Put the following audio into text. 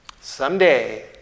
Someday